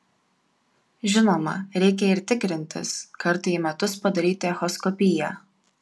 žinoma reikia ir tikrintis kartą į metus padaryti echoskopiją